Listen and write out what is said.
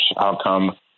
outcome